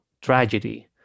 tragedy